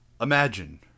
Imagine